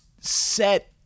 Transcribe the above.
set